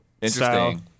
interesting